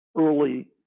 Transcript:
early